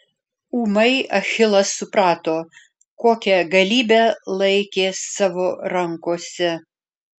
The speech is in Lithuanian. ūmai achilas suprato kokią galybę laikė savo rankose